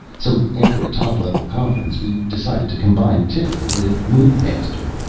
so after a top-level conference we decided to combine tickler with moodmaster.